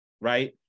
right